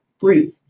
brief